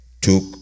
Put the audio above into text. took